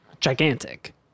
gigantic